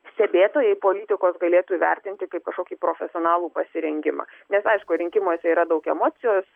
stebėtojai politikos galėtų įvertinti kaip kažkokį profesionalų pasirengimą nes aišku rinkimuose yra daug emocijos